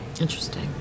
Interesting